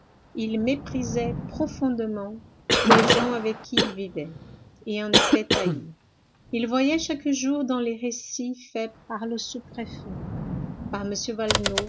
il méprisait profondément les gens avec qui il vivait et en était haï il voyait chaque jour dans les récits faits par le sous-préfet par